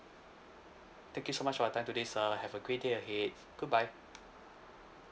thank you so much for your time today sir have a great day ahead good bye